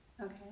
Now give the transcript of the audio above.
Okay